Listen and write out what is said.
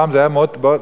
פעם זה היה מאוד טבעי,